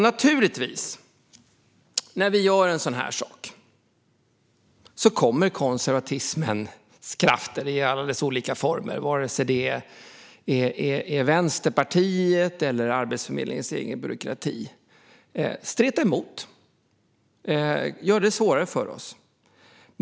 När vi gör en sådan sak kommer konservatismens krafter i alla dess olika former, vare sig det gäller Vänsterpartiet eller Arbetsförmedlingens egen byråkrati, naturligtvis att streta emot och göra det svårare för oss.